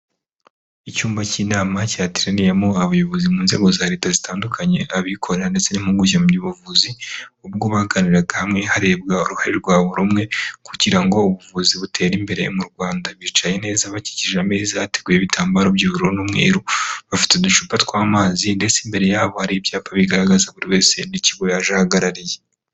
Icyumba cy'inama cyateraniyemo abayobozi mu nzego za leta zitandukanye abikorera ndetse n'impugu by'ubuvuzi ubwo baganiraga hamwe harebwa uruhare rwawo rumwe kugira ngo ubuvuzi butere imbere mu Rwanda bicaye neza bakikije ameza hateguyeho ibitambaro by'ubururu n'umweru bafite uducupa tw'amazi ndetse imbere yabo hari ibyapa bigaragaza buri wese n'ikigo yaje ahagarariye.